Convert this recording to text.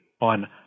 on